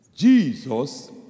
Jesus